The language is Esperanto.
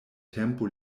tempo